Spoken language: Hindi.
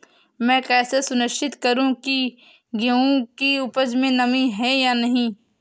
मैं कैसे सुनिश्चित करूँ की गेहूँ की उपज में नमी है या नहीं?